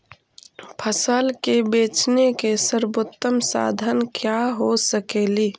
फसल के बेचने के सरबोतम साधन क्या हो सकेली?